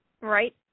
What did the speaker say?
Right